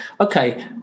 okay